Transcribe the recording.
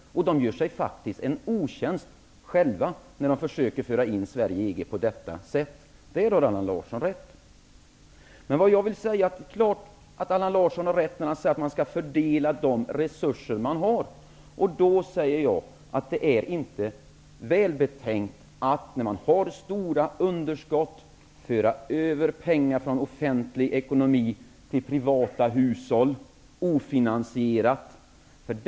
Regeringen gör sig själv en otjänst, när den försöker föra in Sverige i EG på detta sätt. Däri har Allan Larsson rätt. Allan Larsson har också rätt, när han säger att man skall fördela de resurser som man har. Då säger jag att det inte är välbetänkt att föra över pengar från offentlig ekonomi till privata hushåll ofinansierat, när man har stora underskott.